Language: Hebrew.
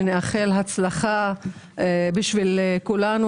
שנאחל לך הצלחה בשביל כולנו,